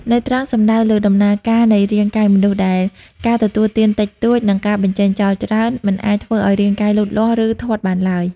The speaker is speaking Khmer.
ន័យត្រង់សំដៅលើដំណើរការនៃរាងកាយមនុស្ស ដែលការទទួលទានតិចតួច និងការបញ្ចេញចោលច្រើន មិនអាចធ្វើឱ្យរាងកាយលូតលាស់ ឬធាត់បានឡើយ។